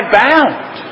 bound